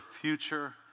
future